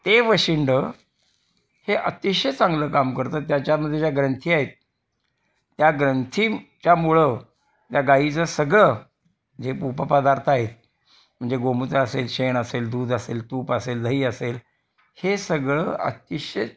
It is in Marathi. ते वशिंड हे अतिशय चांगलं काम करतं त्याच्यामध्ये ज्या ग्रंथी आहेत त्या ग्रंथीच्यामुळं त्या गाईचं सगळं जे उप पदार्थ आहे म्हणजे गोमूत्र असेल शेण असेल दूध असेल तूप असेल दही असेल हे सगळं अतिशय